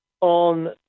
on